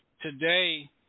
today